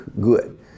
good